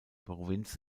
provinz